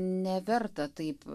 neverta taip